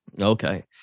okay